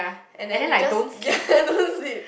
and then you just yeah don't sleep